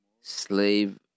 slave